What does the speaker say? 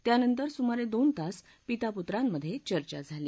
त्यानंतर सुमारे दोन तास पिता पुत्रांमधे चर्चा झाली